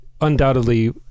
undoubtedly